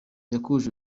yakuye